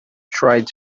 tried